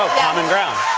common ground.